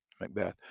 Macbeth